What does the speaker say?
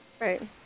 right